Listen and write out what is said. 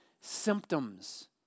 symptoms